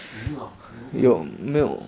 你 mute lah you mute your notifications